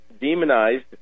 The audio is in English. demonized